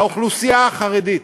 האוכלוסייה החרדית,